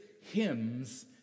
hymns